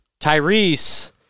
Tyrese